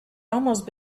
almost